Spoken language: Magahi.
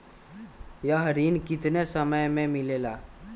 यह ऋण कितने समय मे मिलेगा?